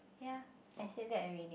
ya I said that already